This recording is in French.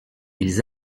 ils